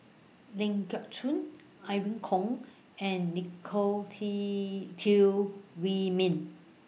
Ling Geok Choon Irene Khong and Nicolette Teo Wei Min